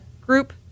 group